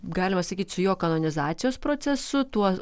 galima sakyt su jo kanonizacijos procesu tuo